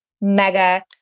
mega